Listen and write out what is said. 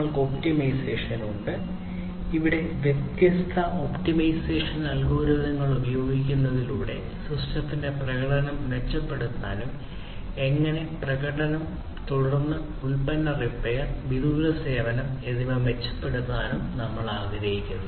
നമ്മൾക്ക് ഒപ്റ്റിമൈസേഷൻ ഉണ്ട് ഇവിടെ വ്യത്യസ്ത ഒപ്റ്റിമൈസേഷൻ അൽഗോരിതങ്ങൾ ഉപയോഗിക്കുന്നതിലൂടെ സിസ്റ്റത്തിന്റെ പ്രകടനം മെച്ചപ്പെടുത്താനും അങ്ങനെ പ്രകടനം തുടർന്ന് ഉൽപ്പന്ന റിപ്പയർ വിദൂര സേവനം എന്നിവ മെച്ചപ്പെടുത്താനും നമ്മൾ ആഗ്രഹിക്കുന്നു